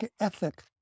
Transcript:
ethic